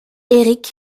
eric